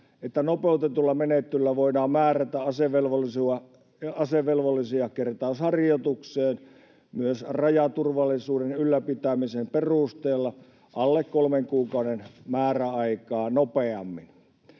että nopeutetulla menettelyllä voidaan määrätä asevelvollisia kertausharjoitukseen myös rajaturvallisuuden ylläpitämisen perusteella alle kolmen kuukauden määräaikaa nopeammin.